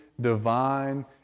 divine